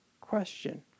question